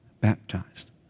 baptized